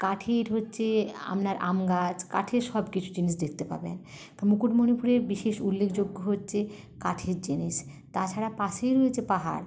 কাঠের হচ্ছে আপনার আম গাছ কাঠের সব কিছু জিনিস দেখতে পাবেন মুকুটমণিপুরের বিশেষ উল্লেখযোগ্য হচ্ছে কাঠের জিনিস তাছাড়া পাশেই রয়েছে পাহাড়